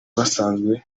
basanzwe